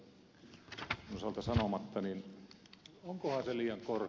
onkohan se liian korkea